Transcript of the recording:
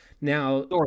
Now